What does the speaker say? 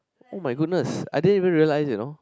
oh my goodness I didn't even realize you know